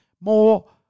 more